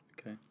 Okay